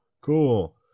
cool